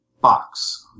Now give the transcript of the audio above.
box